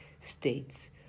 states